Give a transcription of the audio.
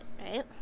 right